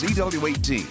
CW18